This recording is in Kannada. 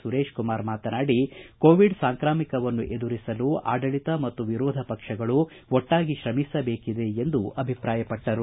ಸುರೇಶ್ಕುಮಾರ್ ಕೋವಿಡ್ ಸಾಂಕ್ರಾಮಿಕವನ್ನು ಎದುರಿಸಲು ಆಡಳಿತ ಮತ್ತು ವಿರೋಧ ಪಕ್ಷಗಳು ಒಟ್ಟಾಗಿ ಶ್ರಮಿಸಬೇಕಿದೆ ಎಂದು ಅಭಿಪ್ರಾಯಪಟ್ಟರು